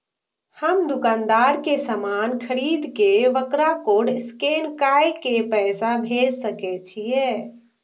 हम दुकानदार के समान खरीद के वकरा कोड स्कैन काय के पैसा भेज सके छिए?